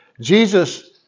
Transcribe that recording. Jesus